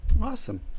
Awesome